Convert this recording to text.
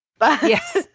yes